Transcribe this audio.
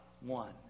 one